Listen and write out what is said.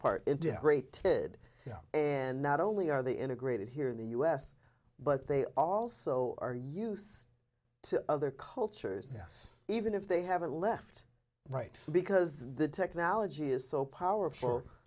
part great kid and not only are they integrated here in the u s but they also are use to other cultures yes even if they haven't left right because the technology is so powerful